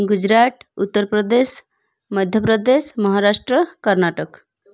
Gujarat Uttar Pradesh Madhya Pradesh Maharashtra Karnataka